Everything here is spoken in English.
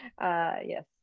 yes